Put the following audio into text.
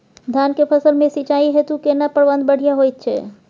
धान के फसल में सिंचाई हेतु केना प्रबंध बढ़िया होयत छै?